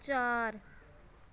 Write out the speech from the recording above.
ਚਾਰ